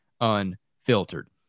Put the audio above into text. Unfiltered